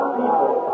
people